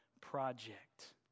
project